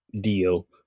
deal